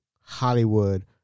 Hollywood